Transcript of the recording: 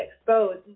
exposed